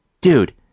Dude